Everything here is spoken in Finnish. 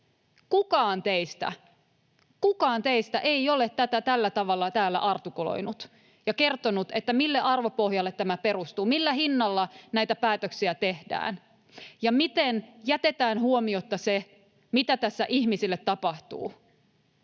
kukaan teistä — ei ole tätä tällä tavalla täällä artikuloinut ja kertonut, mille arvopohjalle tämä perustuu, millä hinnalla näitä päätöksiä tehdään ja miten jätetään huomiotta se, mitä tässä ihmisille tapahtuu.